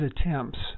attempts